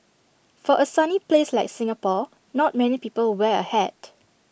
for A sunny place like Singapore not many people wear A hat